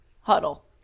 huddle